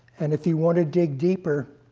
and if you want to dig deeper,